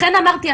לכן אמרתי,